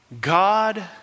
God